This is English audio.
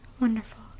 Wonderful